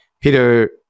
Peter